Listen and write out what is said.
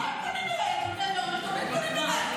מה הם פונים אליי,